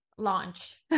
launch